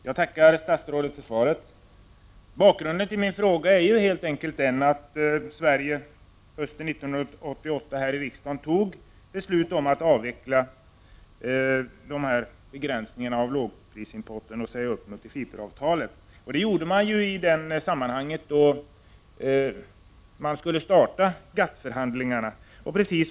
Herr talman! Jag tackar statsrådet för svaret. Bakgrunden till min fråga är att riksdagen under hösten 1988 fattade beslut om att Sverige skulle avveckla begränsningarna för lågprisimporten och säga upp multifiberavtalet. Det gjordes i samband med att GATT-förhandlingarna skulle starta.